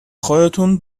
خودتون